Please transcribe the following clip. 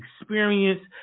experience